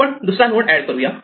आपण दुसरा node add करू या